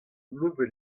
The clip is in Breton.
nebeud